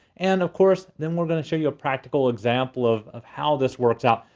and of course, then we're gonna show you a practical example of of how this works out.